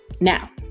Now